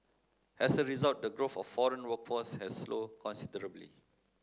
as a result the growth of foreign workforce has slowed considerably